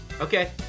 okay